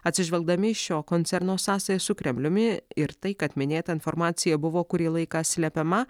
atsižvelgdami į šio koncerno sąsają su kremliumi ir tai kad minėta informacija buvo kurį laiką slepiama